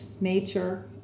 nature